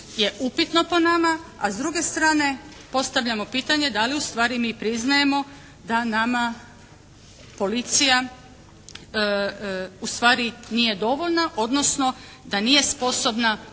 je upitno po nama, a s druge strane postavljamo pitanje da li ustvari mi priznajemo da nama policija ustvari nije dovoljna odnosno da nije sposobna u